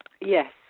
Yes